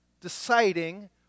deciding